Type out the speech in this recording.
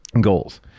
goals